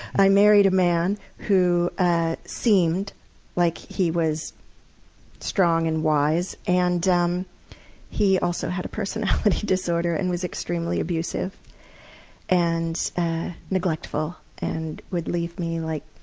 i married a man who ah seemed like he was strong and wise, and um he also had a personality disorder and was extremely abusive and neglectful, and would leave me like